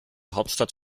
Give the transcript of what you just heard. hauptstadt